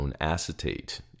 acetate